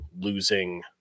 losing